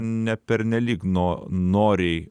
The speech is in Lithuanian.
ne pernelyg no noriai